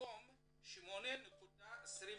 במקום 8.25